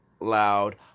Loud